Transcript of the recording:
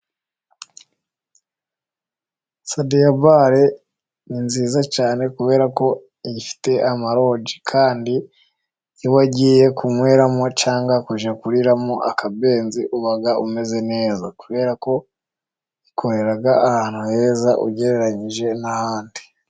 Sadiyabare ni nziza cyane kubera ko ifite amarogi, kandi iyo wagiye kunyweramo cyangwa kujya kuriramo akabenzi uba umeze neza, kubera ko bakorera ahantu heza ugereranyije n'ahandi.